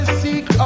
seek